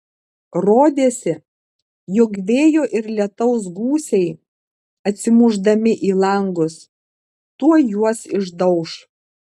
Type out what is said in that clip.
rodėsi jog vėjo ir lietaus gūsiai atsimušdami į langus tuoj juos išdauš